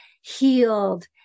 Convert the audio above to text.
healed